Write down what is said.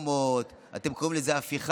ברפורמות, אתם קוראים לזה הפיכה,